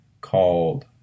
called